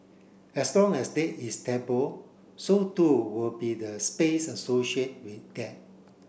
as long as dead is taboo so too will be the space associate with death